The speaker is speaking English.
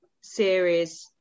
series